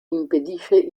impedisce